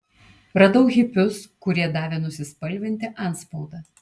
radau hipius kurie davė nusispalvinti antspaudą